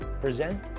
present